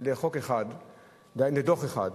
לדוח אחד.